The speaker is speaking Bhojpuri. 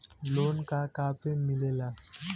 लोन का का पे मिलेला?